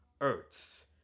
Ertz